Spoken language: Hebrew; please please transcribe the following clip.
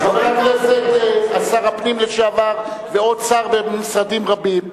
חבר הכנסת שר הפנים לשעבר ועוד שר במשרדים רבים,